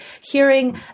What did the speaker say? hearing